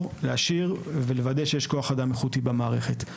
להשאיר מורים ולוודא שיש כוח אדם איכותי במערכת.